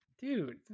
Dude